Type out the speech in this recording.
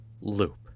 loop